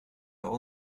all